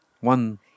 one